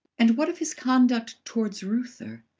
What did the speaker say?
and what of his conduct towards reuther?